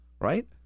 right